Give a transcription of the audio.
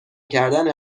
کردن